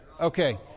Okay